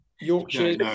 Yorkshire